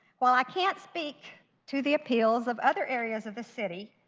while i can't speak to the appeals of other areas of the city,